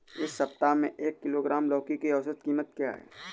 इस सप्ताह में एक किलोग्राम लौकी की औसत कीमत क्या है?